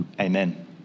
Amen